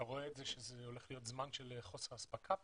אתה רואה את זה כזמן של חוסר אספקה במדינה?